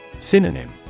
Synonym